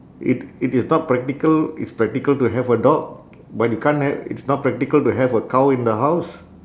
it it is not practical it's practical to have a dog but you can't ha~ it's not practical to have a cow in the house